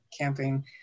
camping